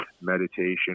meditation